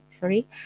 sorry